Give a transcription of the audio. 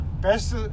Best